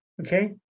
Okay